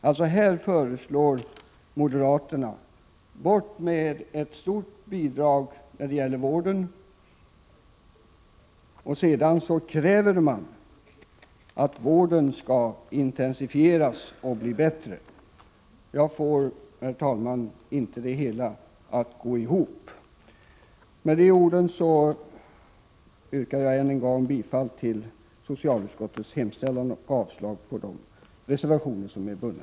Moderaterna föreslår alltså att ett stort bidrag till vården skall slopas, men samtidigt kräver man att vården skall intensifieras och bli bättre. Jag får, herr talman, inte det hela att gå ihop. Med dessa ord yrkar jag än en gång bifall till socialutskottets hemställan och avslag på reservationerna.